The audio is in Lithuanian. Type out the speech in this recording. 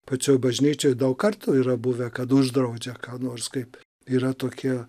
pačioj bažnyčioj daug kartų yra buvę kad uždraudžia ką nors kaip yra tokie